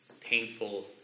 painful